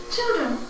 Children